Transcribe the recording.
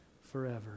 forever